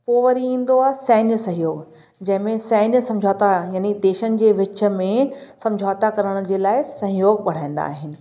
पोइ वरी ईंदो आहे सैन्य सहयोग जंहिं में सैन समुझोता यानि देशनि जे विच में समुझोता करण जे लाइ सहयोग बढ़ाईंदा आहिनि